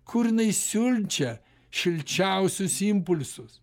kur jinai siunčia šilčiausius impulsus